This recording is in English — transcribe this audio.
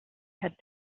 had